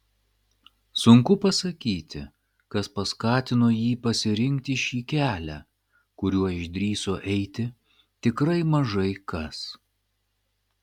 sunku pasakyti kas paskatino jį pasirinkti šį kelią kuriuo išdrįso eiti tikrai mažai kas